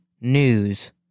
News